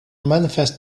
manifest